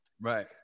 Right